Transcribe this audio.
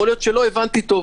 יכול להיות שלא הבנתי טוב.